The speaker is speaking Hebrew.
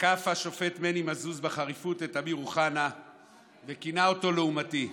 תקף השופט מני מזוז בחריפות את אמיר אוחנה וכינה אותו "לעומתי".